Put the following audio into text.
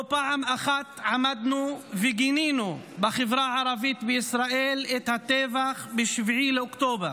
לא פעם אחת עמדנו וגינינו בחברה הערבית בישראל את הטבח ב-7 באוקטובר.